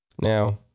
Now